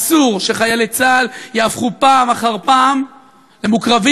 אסור שחיילי צה"ל יהפכו פעם אחר פעם למוקרבים